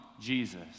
Jesus